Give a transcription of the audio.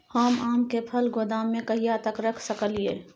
हम आम के फल गोदाम में कहिया तक रख सकलियै?